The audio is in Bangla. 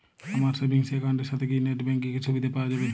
আমার সেভিংস একাউন্ট এর সাথে কি নেটব্যাঙ্কিং এর সুবিধা পাওয়া যাবে?